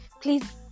Please